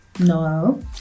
Noel